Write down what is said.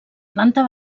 planta